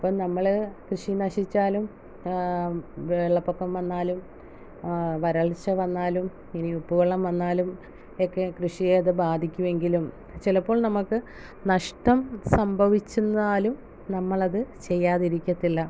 അപ്പം നമ്മൾ കൃഷി നശിച്ചാലും വെള്ളപൊക്കം വന്നാലും വരൾച്ച വന്നാലും ഇനി ഉപ്പു വെള്ളം വന്നാലും ഒക്കെ കൃഷിയെ അത് ബാധിക്കുവെങ്കിലും ചിലപ്പോൾ നമുക്ക് നഷ്ട്ടം സംഭവിച്ചിരുന്നാലും നമ്മളത് ചെയ്യാതിരിക്കത്തില്ല